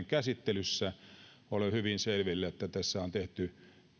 käsittelyssä olen hyvin selvillä että tässä on tehty